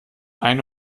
ein